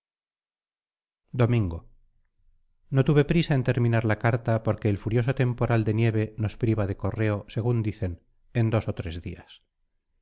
domingo no tuve prisa en terminar mi carta porque el furioso temporal de nieve nos priva de correo según dicen en dos o tres días